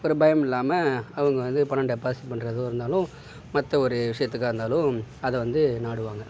ஒரு பயமில்லாமல் அவங்க வந்து பணம் டெப்பாசிட் பண்ணுறதோ இருந்தாலும் மற்ற ஒரு விஷயத்துக்கா இருந்தாலும் அதை வந்து நாடுவாங்க